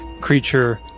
creature